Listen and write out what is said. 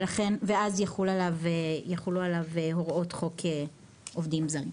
ואז יוחלו עליו הוראות חוק עובדים זרים.